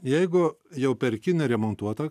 jeigu jau perki neremontuotą